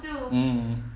mm